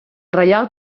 reial